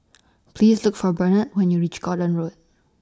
Please Look For Bernard when YOU REACH Gordon Road